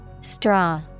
Straw